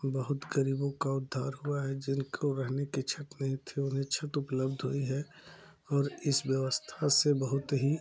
बहुत ग़रीबों का उद्धार हुआ है जिनको रहने की छत नहीं थी उन्हें छत उपलब्ध हुई है और इस व्यवस्था से बहुत ही